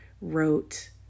wrote